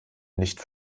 nicht